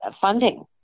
funding